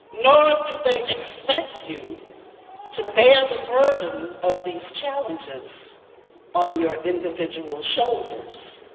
nor do they expect you to bear the burden of these challenges on your individual shoulders,